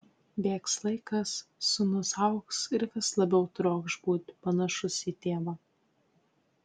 bėgs laikas sūnus augs ir vis labiau trokš būti panašus į tėvą